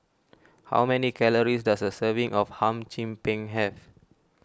how many calories does a serving of Hum Chim Peng have